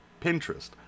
Pinterest